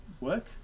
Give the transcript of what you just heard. work